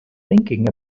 thinking